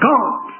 God